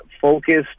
focused